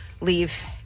leave